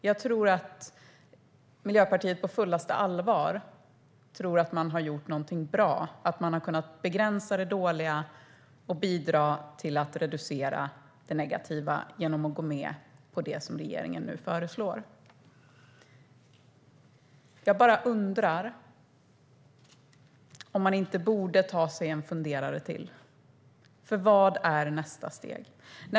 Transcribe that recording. Jag tror att Miljöpartiet på fullaste allvar tror att man har gjort någonting bra, att man har kunnat begränsa det dåliga och bidra till att reducera det negativa genom att gå med på det som regeringen nu föreslår. Jag bara undrar om man inte borde ta sig en funderare till. För vad är nästa steg?